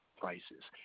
prices